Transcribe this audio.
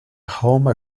home